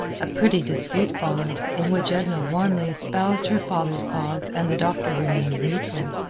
a pretty dispute followed, in which edna warmly espoused her father's cause and the doctor remained neutral.